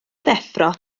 ddeffro